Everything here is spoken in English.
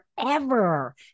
forever